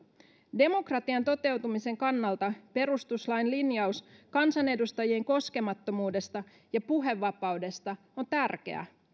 demokratian toteutumisen kannalta perustuslain linjaus kansanedustajien koskemattomuudesta ja puhevapaudesta on tärkeä